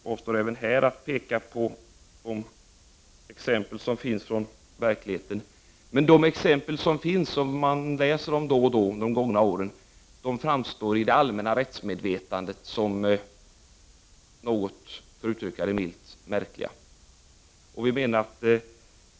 Jag avstår även här från att peka på exempel från verkligheten, men de exempel som finns från de gångna åren framstår i det allmänna rättsmedvetandet som något märkliga, för att uttrycka det milt.